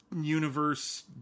Universe